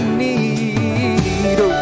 need